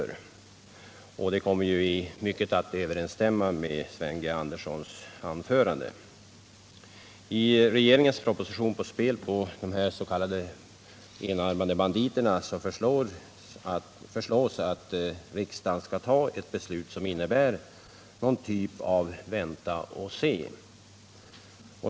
Det jag säger kommer att i mycket överensstämma med vad Sven G. Andersson sagt i sina anföranden. I regeringens proposition om spel på s.k. enarmade banditer föreslås riksdagen fatta ett beslut som innebär att man skall vänta och se.